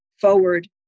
forward